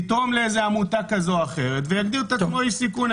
יתרום לעמותה כזו או אחרת ויגדיר את עצמו איש ציבור.